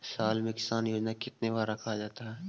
साल में किसान योजना कितनी बार रखा जाता है?